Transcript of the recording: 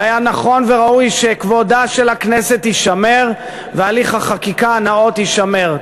והיה נכון וראוי שכבודה של הכנסת יישמר והליך החקיקה הנאות יישמר.